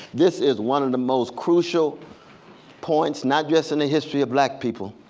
this is one of the most crucial points, not just in the history of black people.